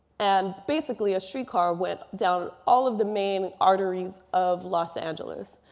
and basically, a streetcar went down all of the main arteries of los angeles.